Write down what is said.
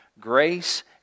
Grace